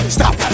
Stop